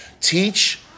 Teach